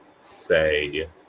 say